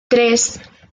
tres